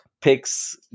picks